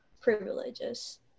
privileges